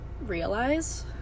Realize